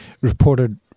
reported